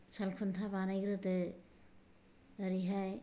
सालखुन्था बानायग्रोदो ओरैहाय